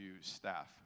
staff